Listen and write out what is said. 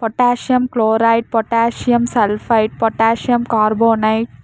potassium chloride, potassium sulphate, potassium carbonate